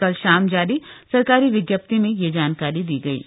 कल शाम जारी सरकारी विज्ञप्ति में यह जानकारी दी गयी है